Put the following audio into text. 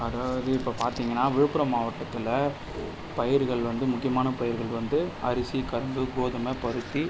அதாவது இப்போ பார்த்தீங்கன்னா விழுப்புரம் மாவட்டத்தில் பயிர்கள் வந்து முக்கியமான பயிர்கள் வந்து அரிசி கரும்பு கோதுமை பருத்தி